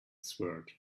sword